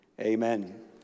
Amen